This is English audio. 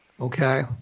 Okay